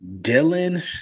Dylan